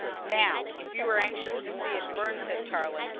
now, if you are anxious to see it burn, said tarling,